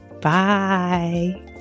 Bye